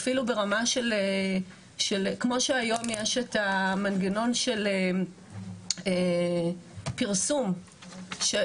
אפילו ברמה של כמו שהיום יש את המנגנון של פרסום שמספיק